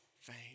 fame